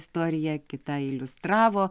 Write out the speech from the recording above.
istorija kita iliustravo